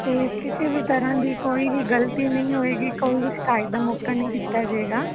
ਤੇ ਕਿਸੇ ਵੀ ਤਰ੍ਹਾਂ ਦੀ ਕੋਈ ਵੀ ਗਲਤੀ ਨਈਂ ਹੋਏਗੀ ਕੋਈ ਵੀ ਸ਼ਿਕਾਇਤ ਦਾ ਮੌਕਾ ਨੀ ਦਿੱਤਾ ਜਾਏਗਾ